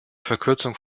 verkürzung